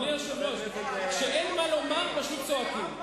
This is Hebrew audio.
אדוני היושב-ראש, כשאין מה לומר, פשוט צועקים.